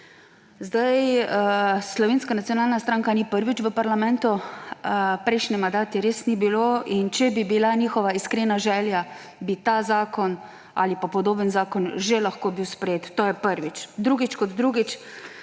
Slovenska nacionalna stranka ni prvič v parlamentu, prejšnji mandat je res ni bilo, in če bi bila njihova iskrena želja, bi ta zakon ali podoben zakon že lahko bil sprejet. To je prvič. Drugič kot drugič.